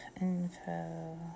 info